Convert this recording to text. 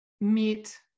meet